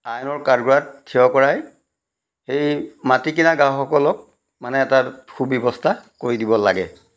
আইনৰ কাঠগৰাত থিয় কৰাই এই মাটি কিনা গ্ৰাহকসকলক মানে এটা সু ব্যৱস্থা কৰি দিব লাগ